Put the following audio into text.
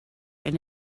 and